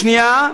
השנייה,